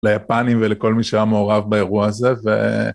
ליפנים ולכל מי שהיה מעורב באירוע הזה ו...